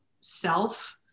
self